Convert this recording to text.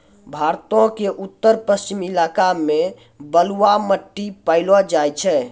भारतो के उत्तर पश्चिम इलाका मे बलुआ मट्टी पायलो जाय छै